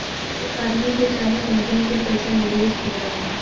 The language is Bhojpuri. एक आदमी के चाहे कंपनी के पइसा निवेश होला